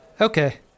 Okay